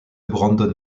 brandon